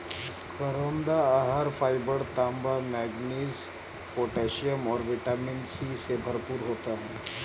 करौंदा आहार फाइबर, तांबा, मैंगनीज, पोटेशियम और विटामिन सी से भरपूर होते हैं